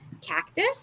cactus